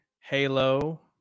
halo